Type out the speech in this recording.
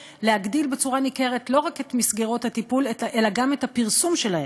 להגדיל במידה ניכרת לא רק את מסגרות הטיפול אלא גם את הפרסום שלהן,